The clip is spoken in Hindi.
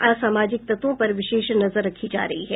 असामाजिक तत्वों पर विशेष नजर रखी जा रही है